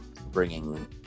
bringing